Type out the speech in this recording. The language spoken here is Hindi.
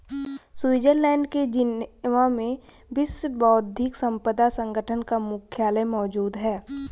स्विट्जरलैंड के जिनेवा में विश्व बौद्धिक संपदा संगठन का मुख्यालय मौजूद है